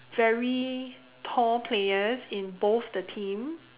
very tall players in both the team